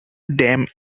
dam